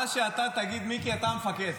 מה שאתה תגיד, מיקי, אתה המפקד.